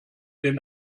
den